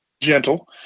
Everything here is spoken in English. gentle